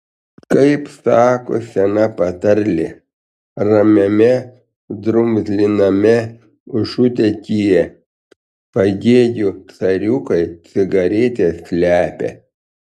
kaip sako sena patarlė ramiame drumzliname užutėkyje pagėgių cariukai cigaretes slepia